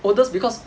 oldest because